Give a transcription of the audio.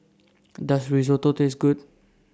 Does Risotto Taste Good